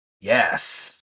Yes